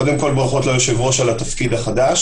קודם כול, ברכות ליושב-ראש על התפקיד החדש.